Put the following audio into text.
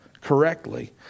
correctly